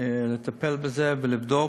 לטפל בזה ולבדוק.